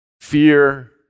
fear